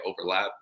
overlap